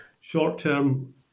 Short-term